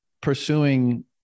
pursuing